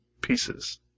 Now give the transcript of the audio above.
pieces